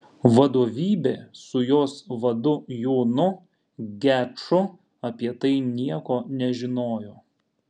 vadovybė su jos vadu jonu geču apie tai nieko nežinojo